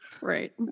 Right